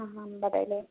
ആ അമ്പത് അല്ലേ